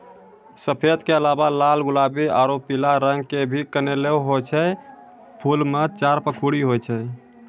सफेद के अलावा लाल गुलाबी आरो पीला रंग के भी कनेल होय छै, फूल मॅ चार पंखुड़ी होय छै